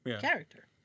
character